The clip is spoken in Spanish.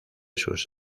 sus